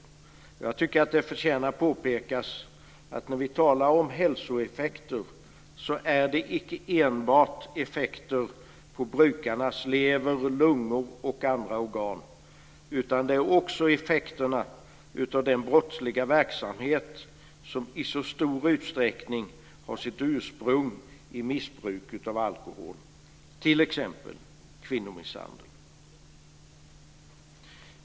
Jag tycker att det förtjänar att påpekas att när vi talar om hälsoeffekter är det icke enbart effekter på brukarnas lever, lungor och andra organ, utan det är också effekterna av den brottsliga verksamhet som i så stor utsträckning har sitt ursprung i missbruk av alkohol, t.ex.